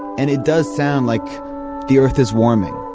and it does sound like the earth is warming.